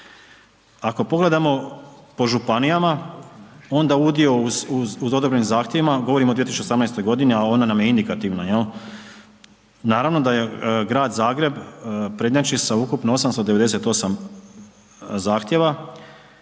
Ako pogledamo po županijama, onda udio u odobrenim zahtjevima, govorim o 2018. godini, a ona je indikativna jel, naravno da Grad Zagreb prednjači sa ukupno 898 zahtjeva,